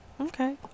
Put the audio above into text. Okay